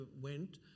went